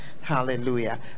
hallelujah